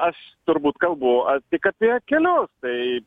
aš turbūt kalbu tik apie kelius tai